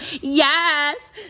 yes